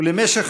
ולמשך